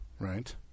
right